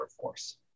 force